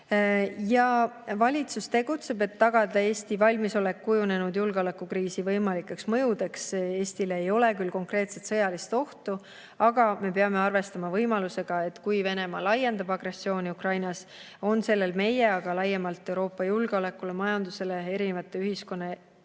Valitsus tegutseb, et tagada Eesti valmisolek kujunenud julgeolekukriisi võimalikeks mõjudeks. Eestile ei ole konkreetset sõjalist ohtu, aga me peame arvestama võimalusega, et kui Venemaa laiendab agressiooni Ukrainas, on sellel meie, aga laiemalt [kogu] Euroopa julgeolekule, majandusele, erinevatele ühiskonnaelu